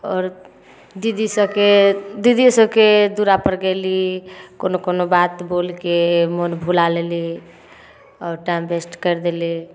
आओर दीदिओ सभके दीदिओ सभके दुअरापर गेली कोनो कोनो बात बोलिके मोन भुला लेली आओर टाइम व्यस्त करि देली